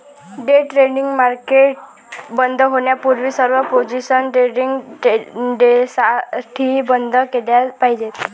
day trading market बंद होण्यापूर्वी सर्व पोझिशन्स ट्रेडिंग डेसाठी बंद केल्या पाहिजेत